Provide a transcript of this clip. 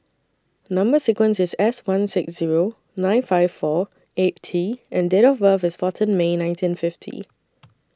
Number sequence IS S one six Zero nine five four eight T and Date of birth IS fourteen May nineteen fifty